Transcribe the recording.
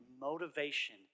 motivation